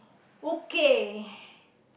okay